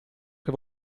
che